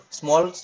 small